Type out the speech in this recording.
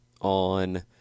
on